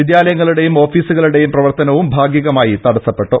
വിദ്യാലയങ്ങളുടെയും ഓഫീസുകളുടെയും പ്രവർത്തനവും ഭാഗികമായി തടസപ്പെട്ടു